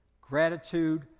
gratitude